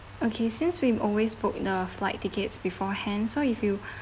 okay since we've always book the flight tickets beforehand so if you